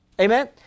Amen